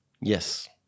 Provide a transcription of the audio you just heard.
Yes